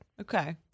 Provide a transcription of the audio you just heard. Okay